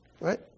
right